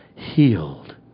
healed